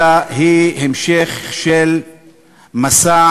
אלא היא המשך של מסע